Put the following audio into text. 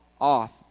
off